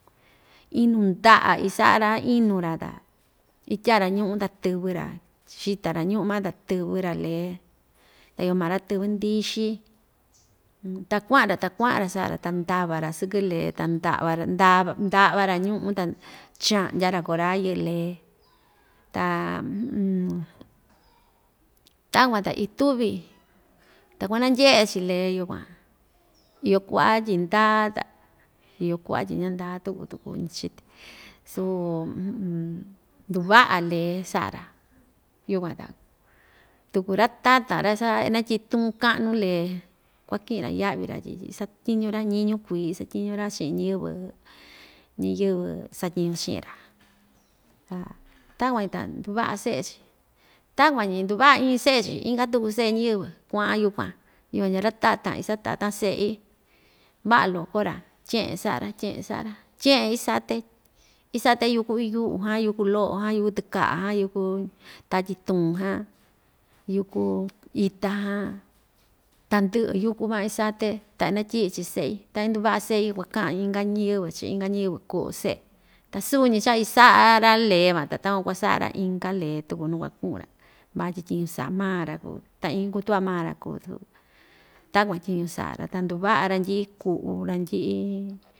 Inu nda'a isa'a‑ra inu‑ra ta ityaa‑ra ñu'un ta tɨvɨ‑ra xita‑ra ñu'ma ta tɨvɨra lee ta iyo maa ra‑tɨvɨ ndixi ta kua'an‑ra ta kua'an‑ra sa'a‑ra ta ndava‑ra sɨkɨ lee ta nda'va‑ra ndav nda'va‑ra ñu'un ta cha'ndya‑ra kora yɨ'ɨ lee ta takuan ta ituvi ta kuanandye'e‑chi lee yukuan iyo ku'va tyi ndaa ta iyo ku'va tyi ña‑ndaa tuku tuku ñi‑chite suu nduva'a lee sa'a‑ra, yukuan ta tuku ra‑tatan ra‑cha inatyi'i tuun ka'nu lee kuaki'in‑ra ya'vi‑ra tyi tyi isatyiñu‑ra ñiñu kui isatyiñu‑ra chi'in ñɨvɨ ñiyɨvɨ satyiñu chi'in‑ra, ta takuan‑ñi ta nduva'a se'e‑chi takuan‑ñi nduva'a iin se'e‑chi inka tuku se'e ñiyɨvɨ kua'an yukuan yukuan ndyaa ra‑tatan isatatan se'i va'a loko‑ra tye'en sa'a‑ra tye'en sa'a‑ra tye'en isate isate yúku iyu'u jan yúku lo'o jan yúku tɨka'a jan yúku tatyi tuun jan yúku ita jan tandɨ'ɨ yúku van isaté ta inatyi'i‑chi se'i ta induva'a se'i yukuan ka'an inka ñɨvɨ chi inka ñɨvɨ ku'u se'e ta suu‑ñi cha‑isa'a‑ra lee van ta takuan kuasa'a‑ra inka lee tuku nuu kuaku'un‑ra vatyi tyiñu sa'a maa‑ra kuu ta iin kutu'va maa‑ra kuu su takuan tyiñu sa'a‑ra ta nduva'a randyi'i ku'u randyi'i.